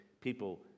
people